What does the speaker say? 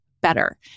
better